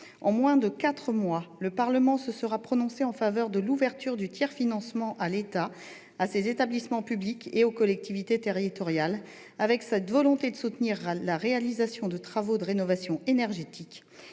En moins de quatre mois, le Parlement se sera prononcé en faveur de l'ouverture du tiers-financement à l'État, à ses établissements publics et aux collectivités territoriales, traduisant une volonté de soutenir la réalisation de travaux de rénovation énergétique.